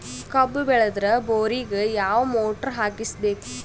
ಕಬ್ಬು ಬೇಳದರ್ ಬೋರಿಗ ಯಾವ ಮೋಟ್ರ ಹಾಕಿಸಬೇಕು?